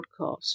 podcast